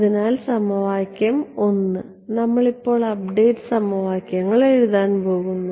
അതിനാൽ സമവാക്യം 1 നമ്മളിപ്പോൾ അപ്ഡേറ്റ് സമവാക്യങ്ങൾ എഴുതാൻ പോകുന്നു